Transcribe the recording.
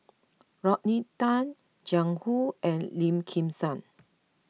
Rodney Tan Jiang Hu and Lim Kim San